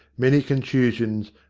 many contusions,